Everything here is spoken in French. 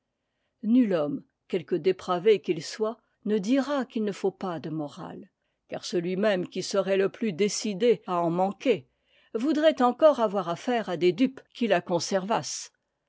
homme quelque dépravé qu'il soit ne dira qu'il ne faut pas de morale car celui même qui serait e plus décidé à en manquer voudrait encore avoir affaire à des dupes qui la